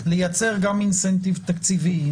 לייצר גם תמריץ תקציבי?